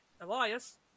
Elias